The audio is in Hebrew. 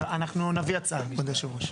אנחנו נביא הצעה, אדוני יושב הראש.